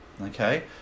okay